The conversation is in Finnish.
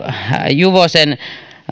juvosen